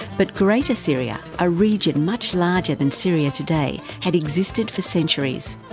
but greater syria, a region much larger than syria today had existed for centuries,